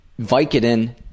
Vicodin